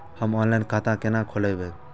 हम ऑनलाइन खाता केना खोलैब?